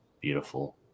beautiful